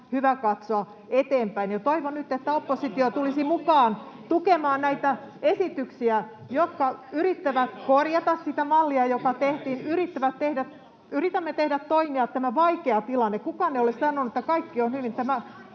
varmaan hyvä katsoa eteenpäin, ja toivon nyt, että oppositio tulisi mukaan tukemaan näitä esityksiä, jotka yrittävät korjata sitä mallia, joka tehtiin. Yritämme tehdä toimia, että tämä vaikea tilanne — kukaan ei ole sanonut, että kaikki on hyvin